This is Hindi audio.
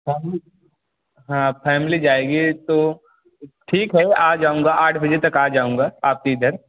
फैमिली हाँ फैमिली जाएगी तो ठीक है आ जाऊँगा आठ बजे तक आ जाऊँगा आपके इधर